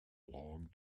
long